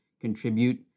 contribute